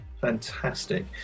Fantastic